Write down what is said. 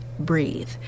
breathe